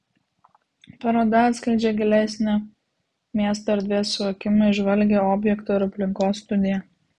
paroda atskleidžia gilesnį miesto erdvės suvokimą įžvalgią objekto ir aplinkos studiją